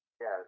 Yes